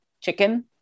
chicken